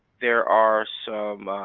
there are some.